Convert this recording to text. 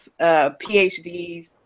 PhDs